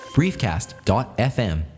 briefcast.fm